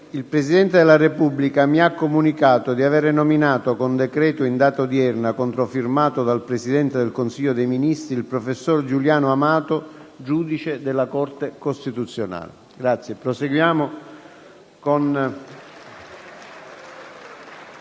il Presidente della Repubblica mi ha comunicato di avere nominato, con decreto in data odierna, controfirmato dal Presidente del Consiglio dei ministri, il professor Giuliano Amato giudice della Corte costituzionale.